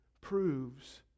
proves